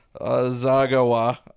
Zagawa